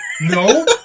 no